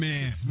Man